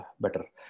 better